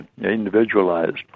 individualized